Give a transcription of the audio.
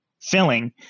filling